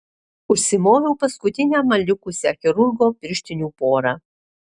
užsimoviau paskutinę man likusią chirurgo pirštinių porą